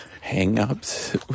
hang-ups